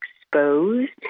exposed